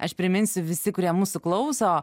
aš priminsiu visi kurie mūsų klauso